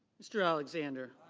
mr. alexander.